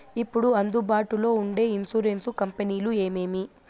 ఇప్పుడు అందుబాటులో ఉండే ఇన్సూరెన్సు కంపెనీలు ఏమేమి?